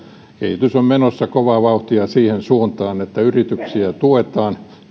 kehitys on menossa kovaa vauhtia siihen suuntaan että yrityksiä tuetaan